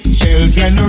children